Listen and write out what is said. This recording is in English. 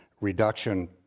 reduction